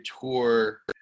tour